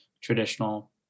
traditional